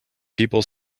people